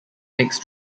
next